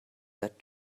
that